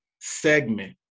segment